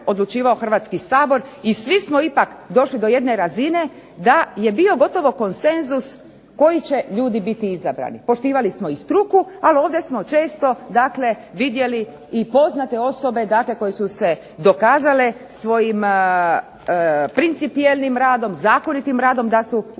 Hrvatski sabor i svi smo ipak došli do jedne razine da je bio gotovo konsenzus koji će ljudi biti izabrani. Poštivali smo i struku, ali ovdje smo često vidjeli i poznate osobe koje su se dokazale svojim principijelnim radom, zakonitim radom da su uspijevale.